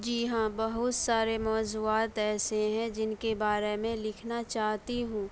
جی ہاں بہت سارے موضوعات ایسے ہیں جن کے بارے میں لکھنا چاہتی ہوں